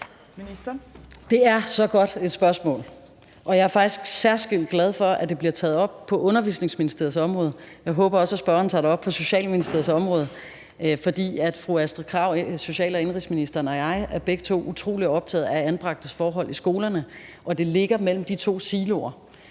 Det er så godt et spørgsmål, og jeg er faktisk særskilt glad for, at det bliver taget op på Børne- og Undervisningsministeriets område, men jeg håber også, at spørgeren tager det op på Social- og Indenrigsministeriets område, for social- og indenrigsministeren og jeg er begge to utrolig optaget af anbragtes forhold i skolerne, og det ligger mellem de to siloer.